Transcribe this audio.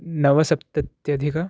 नवसप्त्याधिक